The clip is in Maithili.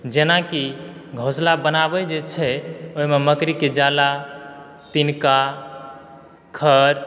जेना कि घोसला बनाबै जे छै ओइमे मकड़ीके जाला तिनका खढ़